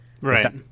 Right